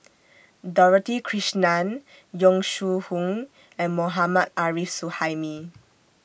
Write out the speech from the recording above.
Dorothy Krishnan Yong Shu Hoong and Mohammad Arif Suhaimi